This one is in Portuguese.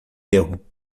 erro